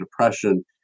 depression